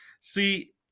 See